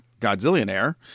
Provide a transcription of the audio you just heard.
Godzillionaire